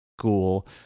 school